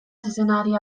zezenari